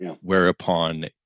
whereupon